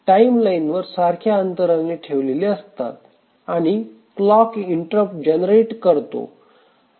आणि ते time line वर सारख्या अंतराने ठेवलेले असतात आणि क्लॉक इंटरप्ट जनरेट करतो